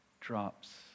drops